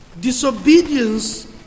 Disobedience